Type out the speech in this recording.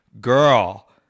girl